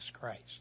Christ